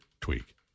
tweak